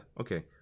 okay